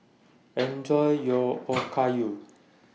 Enjoy your Okayu